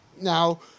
now